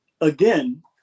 again